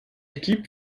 équipe